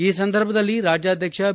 ಈ ಸಂದರ್ಭದಲ್ಲಿ ರಾಜ್ಯಾಧಕ್ಷ ಬಿ